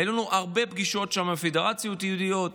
היו לנו הרבה פגישות שם עם הפדרציות היהודיות,